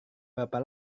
berapa